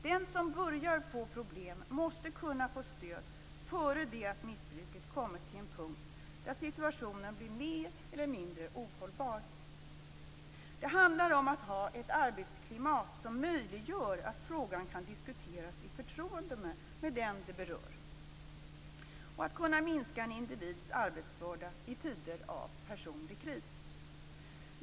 Den som börjar få problem måste kunna få stöd innan missbruket kommit till en punkt där situationen blir mer eller mindre ohållbar. Det handlar om att ha ett arbetsklimat som möjliggör att frågan kan diskuteras i förtroende med den det berör, och att kunna minska en individs arbetsbörda i tider av personlig kris.